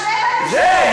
שני בנים שלי,